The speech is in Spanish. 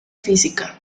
física